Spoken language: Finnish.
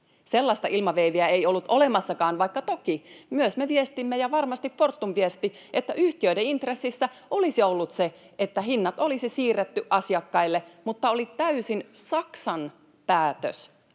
Sellaista ilmaveiviä ei ollut olemassakaan, [Jani Mäkelän välihuuto] vaikka toki myös me viestimme ja varmasti Fortum viesti, että yhtiöiden intressissä olisi ollut, että hinnat olisi siirretty asiakkaille, mutta oli täysin Saksan päätös